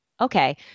okay